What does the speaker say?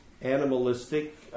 animalistic